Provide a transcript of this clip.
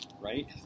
right